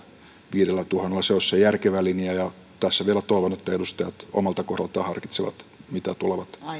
viidellätuhannella se olisi se järkevä linja ja tässä vielä toivon että edustajat omalta kohdaltaan harkitsevat mitä tulevat